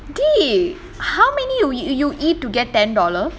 dey how many you you you eat to get ten dollar